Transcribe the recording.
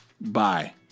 bye